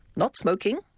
not smoking,